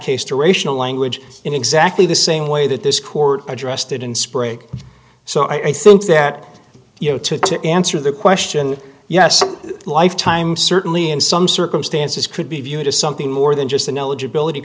case to racial language in exactly the same way that this court addressed it in sprague so i think that you know to answer the question yes lifetime certainly in some circumstances could be viewed as something more than just the knowledge ability